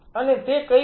અને તે કઈ પણ